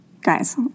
Guys